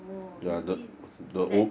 oh you mean that